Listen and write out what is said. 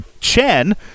Chen